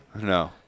No